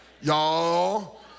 Y'all